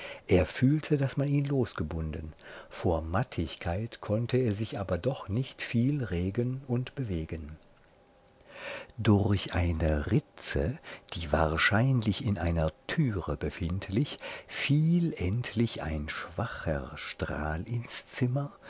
er fühlte daß man ihn losgebunden vor mattigkeit konnte er sich aber doch nicht viel regen und bewegen durch eine ritze die wahrscheinlich in einer türe befindlich fiel endlich ein schwacher strahl ins zimmer